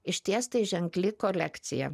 išties tai ženkli kolekcija